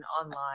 online